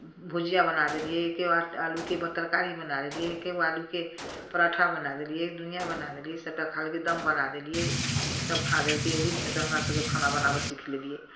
भुजिया बना देलियै एके गो आलूके तरकारी बना लेलियै एके गो आलूके पराठा बना देलियै दुनिआँ बना देलियै सभटा खा लेलकै दम बना देलियै सभ खा लेलकै ओहीमे सँ हमरासभके खाना बनाबय सीख लेलियै